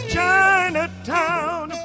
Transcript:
Chinatown